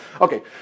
Okay